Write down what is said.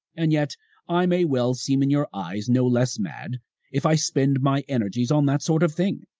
and yet i may well seem in your eyes no less mad if i spend my energies on that sort of thing.